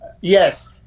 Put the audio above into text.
yes